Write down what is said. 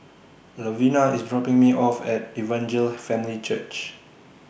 Lovina IS dropping Me off At Evangel Family Church